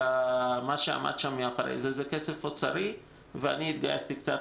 אלא מה שעמד מאחורי זה זה כסף מהאוצר ואני התגייסתי קצת